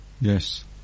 Yes